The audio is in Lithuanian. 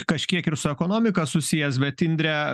kažkiek ir su ekonomika susijęs bet indre